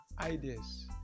ideas